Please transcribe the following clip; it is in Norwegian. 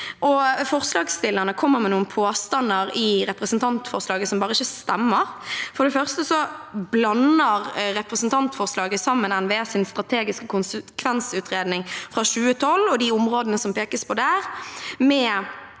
Forslagsstillerne kommer med noen påstander i representantforslaget som ikke stemmer. For det første blander representantforslaget NVEs strategiske konsekvensutredning fra 2012 og de områdene det pekes på der,